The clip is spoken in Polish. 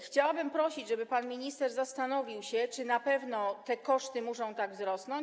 Chciałabym prosić, żeby pan minister zastanowił się, czy na pewno te koszty muszą tak wzrosnąć.